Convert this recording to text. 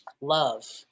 love